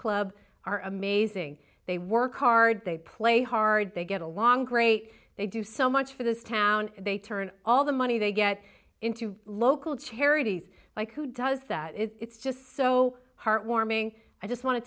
club are amazing they work hard they play hard they get along great they do so much for this town they turn all the money they get into local charities like who does that it's just so heartwarming i just want to